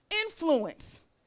influence